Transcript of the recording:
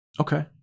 Okay